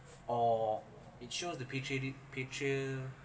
or it shows the patriotic